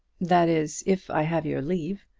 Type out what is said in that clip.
that is, if i have your leave.